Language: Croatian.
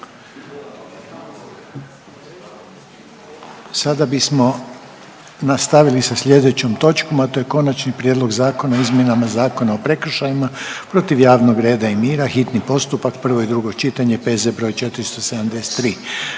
Sada bismo nastavili sa sljedećom točkom, a to je: - Konačni prijedlog zakona o izmjenama Zakona o prekršajima protiv javnog reda i mira, hitni postupak, prvo i drugo čitanje, P.Z. br. 473;